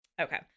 okay